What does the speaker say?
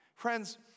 Friends